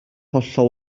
hollol